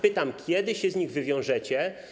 Pytam, kiedy się z tego wywiążecie.